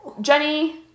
Jenny